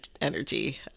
energy